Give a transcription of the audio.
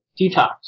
detox